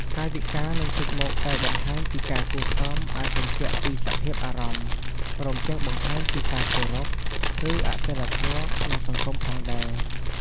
កាយវិការ និងទឹកមុខដែលបង្ហាញពីការគួរសម អាចបញ្ជាក់ពីសភាពអារម្មណ៍ ព្រមទាំងបង្ហាញពីការគោរព ឬអសីលធម៌ក្នុងសង្គមផងដែរ។